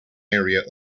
area